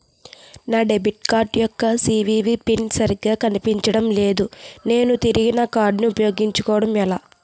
నా debit card యెక్క CVV PIN సరిగా కనిపించడం లేదు నేను తిరిగి నా కార్డ్ఉ పయోగించుకోవడం ఎలా?